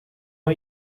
are